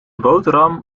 boterham